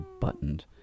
buttoned